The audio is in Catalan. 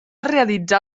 realitzar